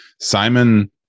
Simon